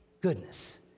goodness